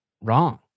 wrong